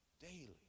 Daily